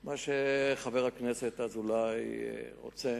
מה שחבר הכנסת אזולאי רוצה.